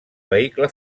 vehicle